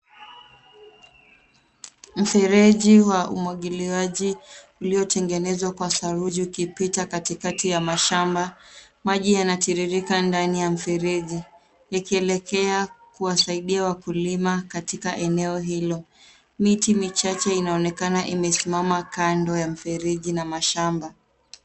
Mfereji wa umwagiliaji uliotengenezwa kwa saruji ukipita katikati ya mashamba. Maji yanatiririka ndani ya mfereji, yakielekea kuwasaidia wakulima katika eneo hilo. Miti michache inaonekana imesimama kando ya mfereji na mashamba.